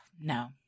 No